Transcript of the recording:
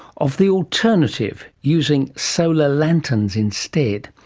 of the alternative, using solar lanterns instead.